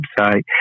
website